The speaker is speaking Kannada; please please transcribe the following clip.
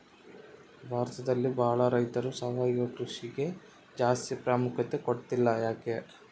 ಭಾರತದಲ್ಲಿ ಬಹಳ ರೈತರು ಸಾವಯವ ಕೃಷಿಗೆ ಜಾಸ್ತಿ ಪ್ರಾಮುಖ್ಯತೆ ಕೊಡ್ತಿಲ್ಲ ಯಾಕೆ?